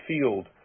field